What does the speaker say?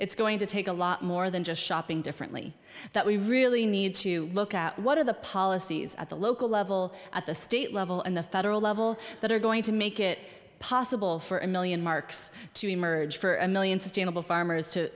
it's going to take a lot more than just shopping differently that we really need to look at what are the policies at the local level at the state level and the federal level that are going to make it possible for a million marks to emerge for a million sustainable farmers